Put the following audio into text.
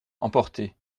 emporté